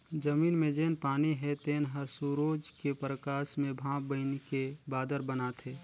जमीन मे जेन पानी हे तेन हर सुरूज के परकास मे भांप बइनके बादर बनाथे